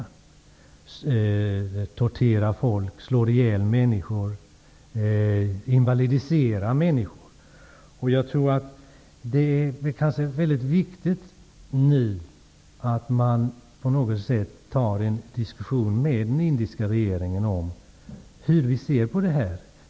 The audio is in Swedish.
Man torterar folk, invalidiserar och slår ihjäl människor. Det är mycket viktigt att nu på något sätt ta upp en diskussion med den indiska regeringen om hur vi ser på det här.